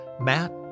Matt